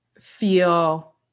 feel